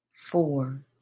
Four